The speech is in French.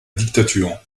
dictature